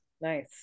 nice